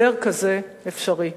הסדר כזה אפשרי,